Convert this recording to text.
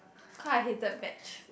call I hated veg